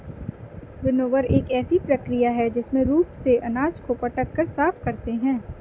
winnower एक ऐसी प्रक्रिया है जिसमें रूप से अनाज को पटक कर साफ करते हैं